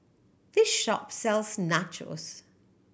this shop sells Nachos